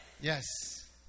Yes